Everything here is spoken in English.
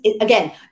again